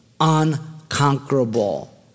unconquerable